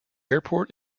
airport